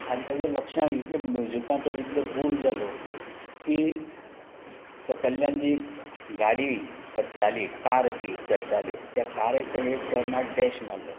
आनी ताज्या लक्षा इतल्या म्युजिकाक तो इतलो घूल्ल जालो की सकयल्यान जी गाडी चडटाली कार ती चडटाली ते कारेक ताज्या टर्नार डॅश मारलो